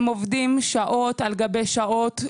הם עובדים שעות על גבי שעות,